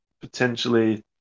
potentially